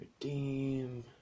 Redeem